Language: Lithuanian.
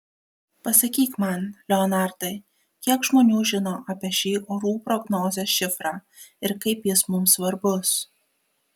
pasakyk man leonardai kiek žmonių žino apie šį orų prognozės šifrą ir kaip jis mums svarbus